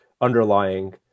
underlying